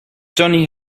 johnny